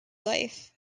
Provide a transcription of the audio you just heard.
life